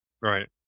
right